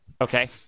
Okay